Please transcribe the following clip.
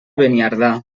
beniardà